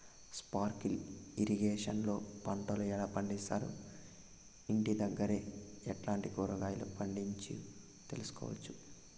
Sprinkle irrigation లో పంటలు ఎలా పండిస్తారు, ఇంటి దగ్గరే ఎట్లాంటి కూరగాయలు పండించు తెలుసుకోవచ్చు?